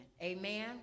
amen